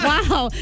Wow